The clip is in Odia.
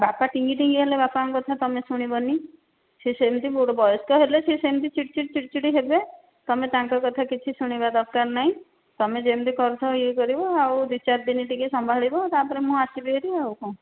ବାପା ଟିଙ୍ଗି ଟିଙ୍ଗି ହେଲେ ବାପାଙ୍କ କଥା ତୁମେ ଶୁଣିବନି ସେ ସେମିତି ବୟସ୍କ ହେଲେ ସିଏ ସେମିତି ଚିଡ଼ ଚିଡ଼ ଚିଡ଼ ଚିଡ଼ ହେବେ ତୁମେ ତାଙ୍କ କଥା କିଛି ଶୁଣିବା ଦରକାର ନାହିଁ ତୁମେ ଯେମିତି କରୁଛ ଇଏ କରିବ ଆଉ ଦୁଇ ଚାରି ଦିନ ଟିକେ ସମ୍ଭାଳିବ ତାପରେ ମୁଁ ଆସିବି ହେରି ଆଉ କ'ଣ